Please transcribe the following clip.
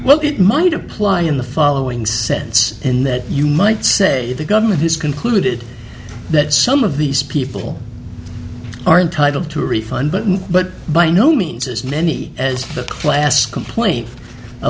well it might apply in the following sense in that you might say the government has concluded that some of these people are entitled to a refund but by no means as many as the class complaint a